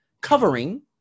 covering